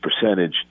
percentage